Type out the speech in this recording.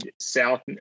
South